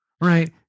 Right